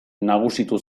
nagusitu